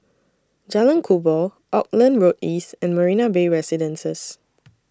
Jalan Kubor Auckland Road East and Marina Bay Residences